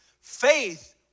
faith